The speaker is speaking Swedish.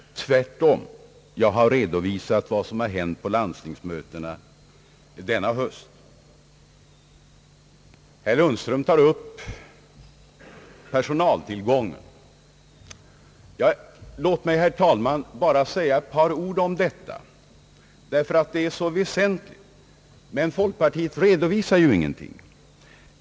Tvärtom — jag har redovisat vad som har hänt på landstingsmötena denna höst. Herr Lundström tar upp personaltillgången. Låt mig, herr talman, bara säga ett par ord om detta, därför att det är så väsentligt. Folkpartiet redovisar ju ingenting.